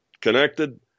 connected